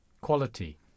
quality